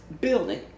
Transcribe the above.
building